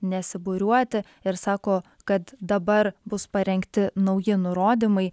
nesibūriuoti ir sako kad dabar bus parengti nauji nurodymai